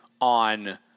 on